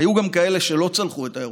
היו גם כאלה שלא צלחו את האירוע.